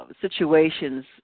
situations